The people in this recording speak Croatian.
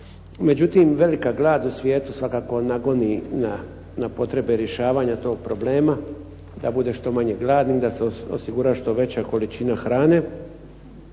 Međutim velika glad u svijetu svakako nagoni na potrebe rješavanja tog problema, da bude što manje gladnih, da se osigura što veća količina hrane,